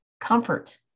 comfort